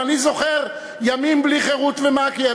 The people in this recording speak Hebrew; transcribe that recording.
ואני זוכר ימים בלי חרות ומק"י,